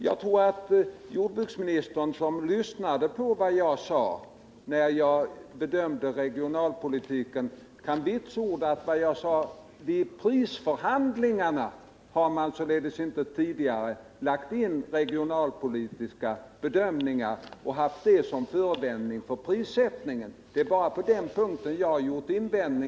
Jag tror att jordbruksministern, som lyssnade till mitt anförande, kan vitsorda att vad jag sade var att man vid prisförhandlingarna inte tidigare har lagt in några regionalpolitiska bedömningar och haft dem som förevändning för prissättningen. Det är bara på den punkten jag har gjort invändningar.